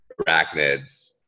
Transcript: arachnids